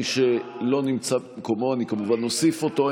מי שלא נמצא במקומו, אני כמובן אוסיף אותו.